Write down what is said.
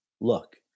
look